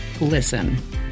listen